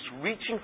reaching